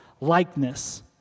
likeness